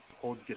hold